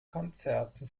konzerten